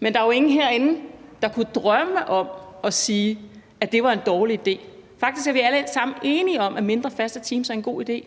Men der er jo ingen herinde, der kunne drømme om at sige, at det var en dårlig idé. Faktisk er vi alle sammen enige om, at mindre, faste teams er en god idé.